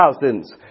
thousands